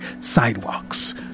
sidewalks